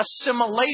assimilation